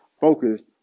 focused